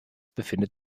befindet